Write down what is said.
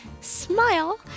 smile